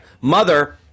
Mother